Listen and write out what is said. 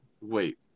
wait